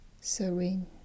Serene